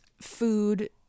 food